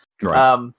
Correct